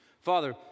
Father